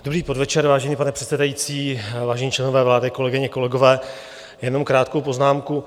Dobrý podvečer, vážený pane předsedající, vážení členové vlády, kolegyně, kolegové, jenom krátkou poznámku.